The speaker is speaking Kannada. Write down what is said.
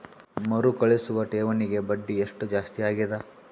ಮರುಕಳಿಸುವ ಠೇವಣಿಗೆ ಬಡ್ಡಿ ಎಷ್ಟ ಜಾಸ್ತಿ ಆಗೆದ?